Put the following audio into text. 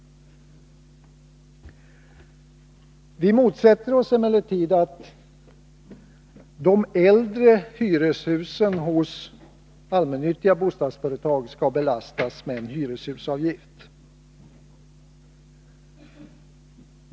Vi motsätter oss emellertid att de äldre hyreshusen hos allmännyttiga bostadsföretag skall belastas med en hyreshusavgift.